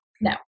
No